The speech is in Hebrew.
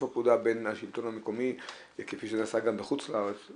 הפעולה בין השלטון המקומי כפי שנעשה גם בחוץ-לארץ,